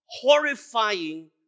horrifying